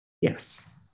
Yes